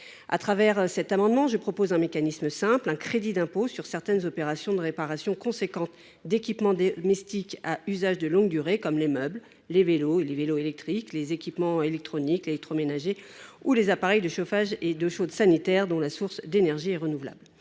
Par cet amendement, je propose un mécanisme simple : un crédit d’impôt sur des opérations de réparation, d’une certaine importance, d’équipements domestiques à usage de longue durée, comme les meubles, les vélos et vélos électriques, les équipements électroniques, ou les appareils électroménagers, de chauffage et d’eau chaude sanitaire dont la source d’énergie est renouvelable.